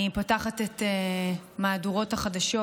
אני פותחת את מהדורות החדשות,